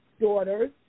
daughters